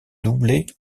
doublé